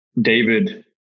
David